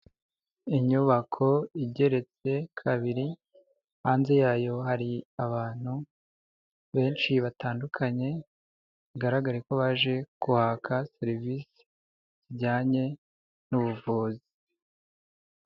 Inyubako igeretse kabiri hanze yayo hari abantu benshi batandukanye bigaragara ko baje kwaka serivisi zijyanye n'ubuvuzi.